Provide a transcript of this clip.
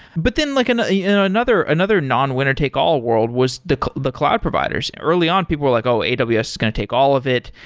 but then like and you know another another non-winner take all world was the the cloud providers. early on people were like, oh, and aws is going to take all of it,